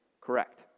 Correct